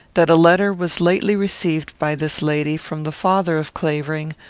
that a letter was lately received by this lady from the father of clavering,